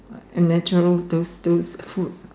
uh and natural those those food